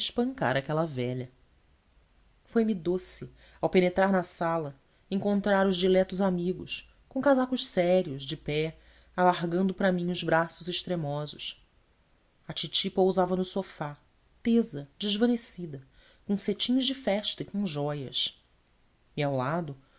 espancar aquela velha foi-me doce ao penetrar na sala encontrar os diletos amigos com casacos sérios de pé alargando para mim os braços extremosos a titi pousava no sofá tesa desvanecida com cetins de festa e com jóias e ao lado